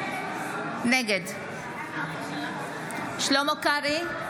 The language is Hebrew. נגד שלמה קרעי,